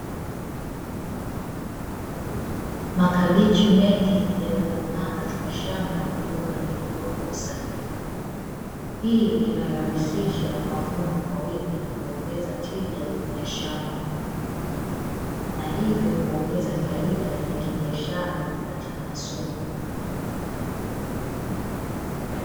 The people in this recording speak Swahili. Makabichi mengi yamekomaa katika shamba lililopangiliwa kwa usahihi, hii inarahisisha mavuno kwa wingi n kuongeza tija kwa shamba. Na hivyo kuongeza faida ya kibiashara katika masoko.